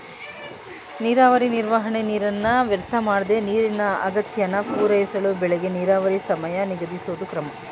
ನೀರಾವರಿ ನಿರ್ವಹಣೆ ನೀರನ್ನ ವ್ಯರ್ಥಮಾಡ್ದೆ ನೀರಿನ ಅಗತ್ಯನ ಪೂರೈಸಳು ಬೆಳೆಗೆ ನೀರಾವರಿ ಸಮಯ ನಿಗದಿಸೋದು ಕ್ರಮ